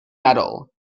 metal